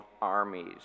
armies